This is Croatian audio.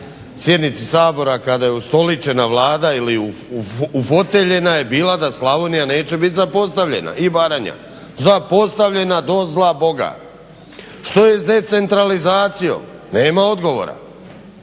sjednici Sabora kada je ustoličena Vlada ili ufoteljena je bila da Slavonija neće biti zapostavljena i Baranja. Zapostavljena do zla boga. Što se s decentralizacijom? Nema odgovora.